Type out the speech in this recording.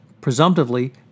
presumptively